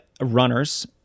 runners